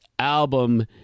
album